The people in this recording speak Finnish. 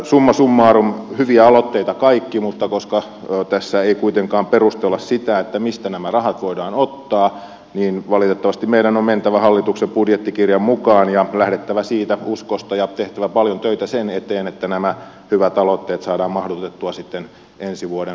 summa summarum hyviä aloitteita kaikki mutta koska tässä ei kuitenkaan perustella sitä mistä nämä rahat voidaan ottaa niin valitettavasti meidän on mentävä hallituksen budjettikirjan mukaan ja lähdettävä siitä uskosta ja tehtävä paljon töitä sen eteen että nämä hyvät aloitteet saadaan mahdutettua sitten ensi vuoden